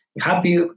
happy